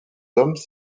hommes